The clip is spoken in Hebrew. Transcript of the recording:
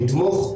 לתמוך,